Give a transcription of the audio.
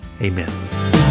amen